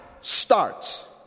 starts